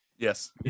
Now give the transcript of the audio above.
Yes